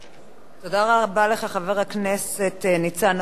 תודה רבה לך, חבר הכנסת ניצן הורוביץ.